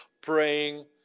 praying